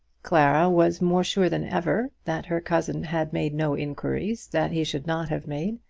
clara was more sure than ever that her cousin had made no inquiries that he should not have made,